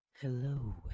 Hello